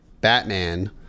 Batman